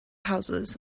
houses